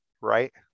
right